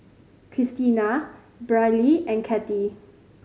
Kristina Brylee and Kattie